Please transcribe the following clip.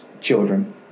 children